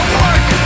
work